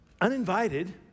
uninvited